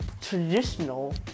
traditional